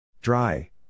Dry